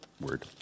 word